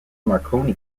marconi